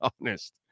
honest